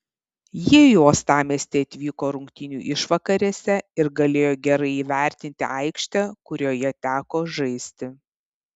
jie į uostamiestį atvyko rungtynių išvakarėse ir galėjo gerai įvertinti aikštę kurioje teko žaisti